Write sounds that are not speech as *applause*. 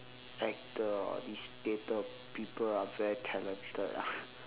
actor or these theatre people are very talented ah *laughs*